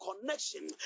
connection